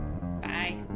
Bye